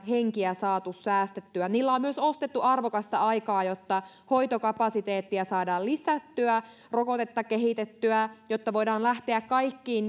henkiä saatu säästettyä niillä on myös ostettu arvokasta aikaa jotta hoitokapasiteettia saadaan lisättyä rokotetta kehitettyä jotta voidaan lähteä kaikkiin